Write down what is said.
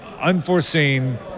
unforeseen